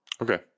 Okay